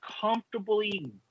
comfortably